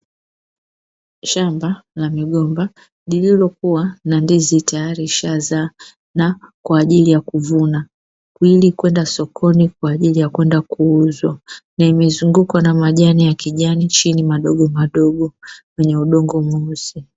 Shamba la migomba lililokuwa na ndizi tayari ishazaa na kwa ajili ya kuvuna, ili kwenda sokoni kwa ajili ya kwenda kuuzwa na imezungukwa na majani ya kijani chini madogomadogo kwenye udongo mweusi.